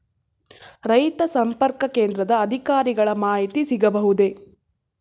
ರೈತ ಸಂಪರ್ಕ ಕೇಂದ್ರದ ಅಧಿಕಾರಿಗಳ ಮಾಹಿತಿ ಸಿಗಬಹುದೇ?